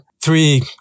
three